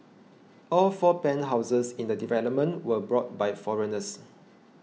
all four penthouses in the development were bought by foreigners